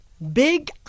Big